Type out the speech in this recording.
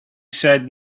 said